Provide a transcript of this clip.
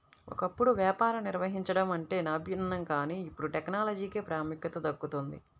ఒకప్పుడు వ్యాపారం నిర్వహించడం అంటే నైపుణ్యం కానీ ఇప్పుడు టెక్నాలజీకే ప్రాముఖ్యత దక్కుతోంది